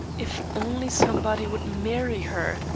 if only somebody would marry her!